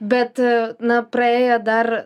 bet na praėjo dar